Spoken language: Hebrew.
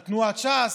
על תנועת ש"ס.